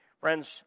Friends